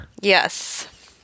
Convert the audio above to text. Yes